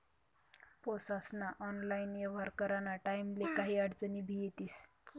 पैसास्ना ऑनलाईन येव्हार कराना टाईमले काही आडचनी भी येतीस